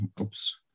oops